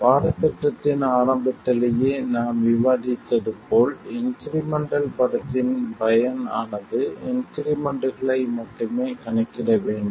பாடத்திட்டத்தின் ஆரம்பத்திலேயே நாம் விவாதித்தது போல் இன்க்ரிமெண்டல் படத்தின் பயன் ஆனது இன்க்ரிமெண்ட்களை மட்டுமே கணக்கிட வேண்டும்